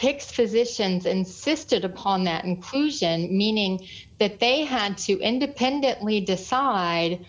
pic's physicians insisted upon that inclusion meaning that they had to independently decide